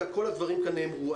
כל הדברים נאמרו כאן.